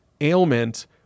ailment